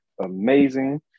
amazing